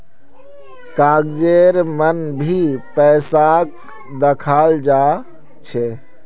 कागजेर मन भी पैसाक दखाल जा छे